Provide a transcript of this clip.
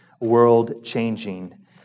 world-changing